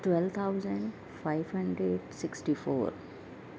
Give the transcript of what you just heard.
twelve thousand five hundred sixty four